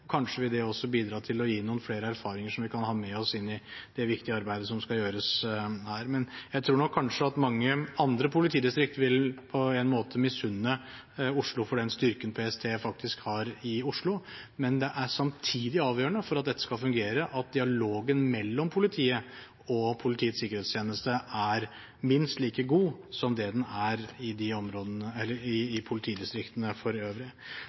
det også bidra til noen flere erfaringer som vi kan ha med oss inn i det viktige arbeidet som skal gjøres. Jeg tror nok at mange politidistrikt vil misunne Oslo for den styrken PST faktisk har i Oslo, men det er samtidig avgjørende for at dette skal fungere, at dialogen mellom politiet og Politiets sikkerhetstjeneste er minst like god som det den er i